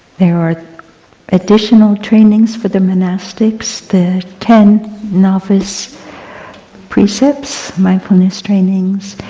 there are additional trainings for the monastics, the ten novice precepts, mindfulness trainings,